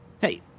Hey